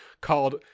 called